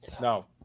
No